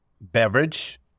Beverage